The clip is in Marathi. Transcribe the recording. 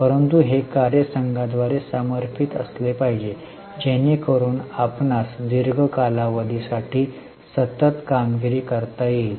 परंतु हे कार्यसंघाद्वारे समर्थित असले पाहिजे जेणेकरून आपल्यास दीर्घ कालावधी साठी सतत कामगिरी करता येईल